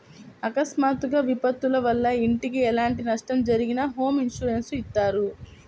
అకస్మాత్తుగా విపత్తుల వల్ల ఇంటికి ఎలాంటి నష్టం జరిగినా హోమ్ ఇన్సూరెన్స్ ఇత్తారు